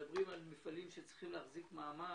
כשמדברים על מפעלים שצריכים להחזיק מעמד,